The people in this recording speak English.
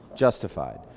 justified